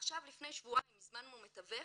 עכשיו, לפני שבועיים הזמנו מתווך